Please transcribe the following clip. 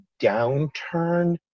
downturn